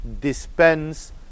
dispense